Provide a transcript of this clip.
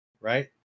right